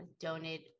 donate